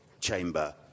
chamber